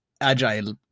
Agile